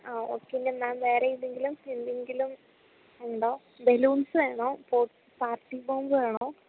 ആ ഓക്കേ എന്നാൽ മാം വേറെ എന്തെങ്കിലും എന്തെങ്കിലും ഉണ്ടോ ബലൂൺസ് വേണോ പോ പാർട്ടി ബോംബ് വേണോ